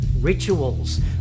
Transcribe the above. rituals